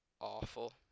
awful